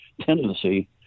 tendency